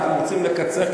אנחנו רוצים לקצר,